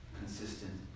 consistent